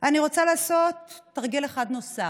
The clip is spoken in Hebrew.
ישראל בפני עצמו.